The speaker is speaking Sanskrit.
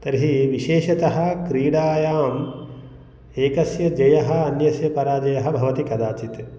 तर्हि विशेषतः क्रीडायां एकस्य जयः अन्यस्य पराजयः भवति कदाचित्